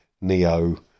Neo